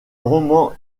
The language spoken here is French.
roman